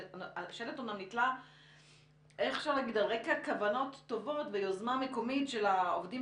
שהשלט אמנם נתלה על רקע כוונות טובות ויוזמה מקומית של העובדים